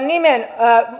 nimen